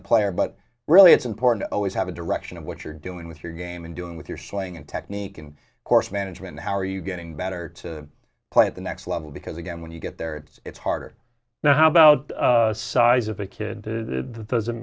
the player but really it's important to always have a direction of what you're doing with your game and doing with your swing and technique and course management how are you getting better to play at the next level because again when you get there it's harder now how about size of a kid doesn't